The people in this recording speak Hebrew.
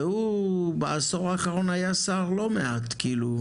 והוא בעשור האחרון היה שר לא מעט זמן.